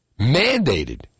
mandated